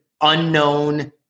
unknown